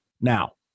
Now